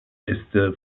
äste